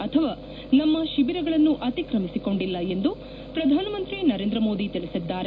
ಅಥವಾ ನಮ್ಮ ಶಿಬಿರಗಳನ್ನು ಅತ್ತಿಕಮಿಸಿಕೊಂಡಿಲ್ಲ ಎಂದು ಪ್ರಧಾನಮಂತ್ರಿ ನರೇಂದ್ರ ಮೋದಿ ತಿಳಿಸಿದ್ದಾರೆ